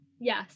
Yes